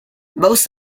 most